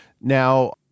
Now